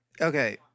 Okay